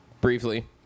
briefly